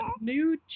new